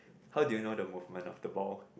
how do you know the movement of the ball